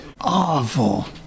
awful